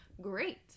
great